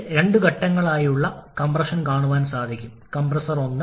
രണ്ട് ഘട്ടങ്ങളിലും cp n എന്നിവ വിപുലീകരണവും ജ്വലനത്തിനുള്ള സിപിയും അവ തന്നെയാണ്